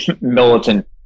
militant